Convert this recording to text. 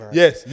yes